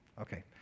Okay